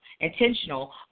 intentional